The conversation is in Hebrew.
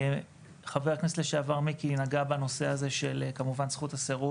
חבר הכנסת לשעבר מיקי נגע בנושא הזה של כמובן זכות הסירות,